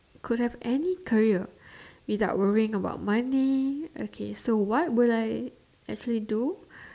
could have end career without worrying about money so what would I actually do